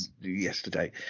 yesterday